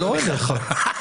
לא אליך.